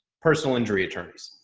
personal injury attorneys.